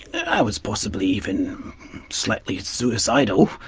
i was possibly even slightly suicidal,